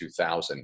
2000